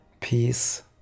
peace